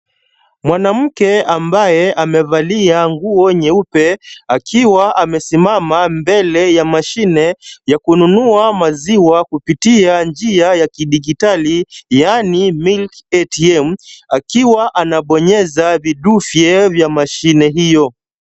Mwanamke ambaye amevalia nguo nyeupe, akiwa amesimama mbele ya mashine ya kununua maziwa kupitia njia ya kidijitali yaani milk ATM , akiwa anabonyeza vidufe vya mashine hiyo.